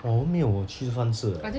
我们没有我去三次的